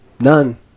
None